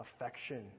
affection